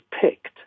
picked